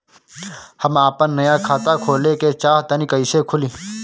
हम आपन नया खाता खोले के चाह तानि कइसे खुलि?